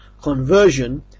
Conversion